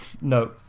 No